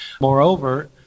Moreover